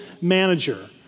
manager